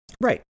Right